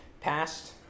passed